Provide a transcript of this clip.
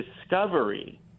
discovery